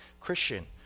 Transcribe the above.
Christian